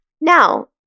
Now